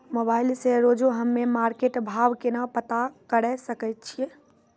Mobile से रोजे हम्मे मार्केट भाव केना पता करे सकय छियै?